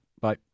Bye